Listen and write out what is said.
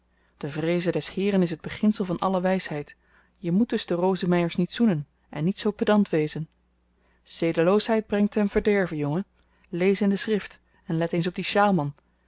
de vreeze des heeren is t beginsel van alle wysheid je moet dus de rosemeyers niet zoenen en niet zoo pedant wezen zedeloosheid brengt ten verderve jongen lees in de schrift en let eens op dien sjaalman